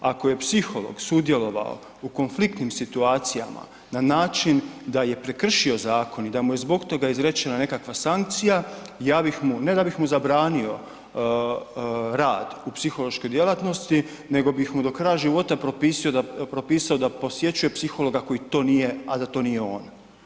Ako je psiholog sudjelovao u konfliktnim situacijama na način da je prekršio zakon i da mu je zbog toga izrečena nekakva sankcija ja bih mu, ne da bih mu zabranio rad u psihološkoj djelatnosti nego bih mu do kraja života propisao da posjećuje psihologa koji to nije a da to nije on.